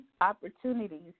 opportunities